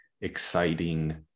exciting